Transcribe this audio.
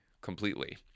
completely